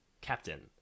captain